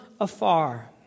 afar